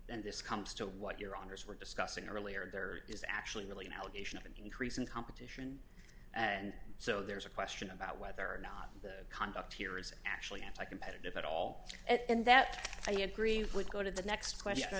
and this comes to what your honour's were discussing earlier there is actually really an allegation of an increase in competition and so there is a question about whether or not the conduct here is actually anti competitive at all and that i agree with go to the next question or